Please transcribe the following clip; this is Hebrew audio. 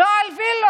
לא על וילות.